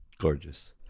Gorgeous